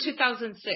2006